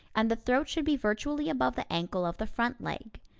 and the throat should be virtually above the ankle of the front leg.